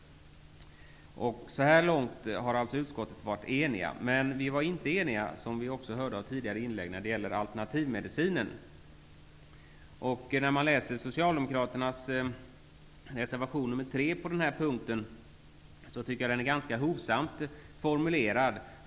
Så här långt har alltså utskottet varit enigt. Men vi var inte eniga, vilket vi också hörde av tidigare inlägg, när det gällde alternativmedicinen. Socialdemokraternas reservation nr 3 tycker jag är ganska hovsamt formulerad på den här punkten.